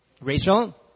Rachel